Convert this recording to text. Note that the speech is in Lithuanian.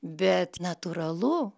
bet natūralu